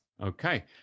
Okay